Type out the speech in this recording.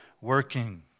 working